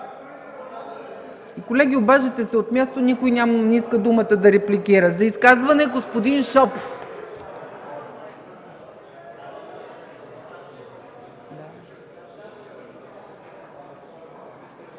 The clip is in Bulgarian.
Колеги, обаждате се от място, а никой не иска думата да репликира. За изказване – господин Шопов.